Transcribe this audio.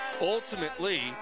ultimately